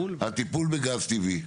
הטיפול בגז טבעי,